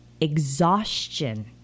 Exhaustion